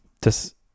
das